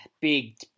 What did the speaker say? big